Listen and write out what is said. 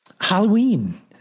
Halloween